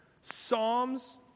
Psalms